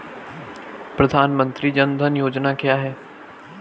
प्रधानमंत्री जन धन योजना क्या है?